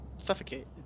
suffocate